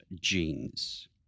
genes